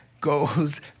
goes